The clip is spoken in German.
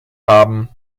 haben